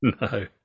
No